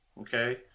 okay